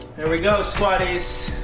there we go. squadies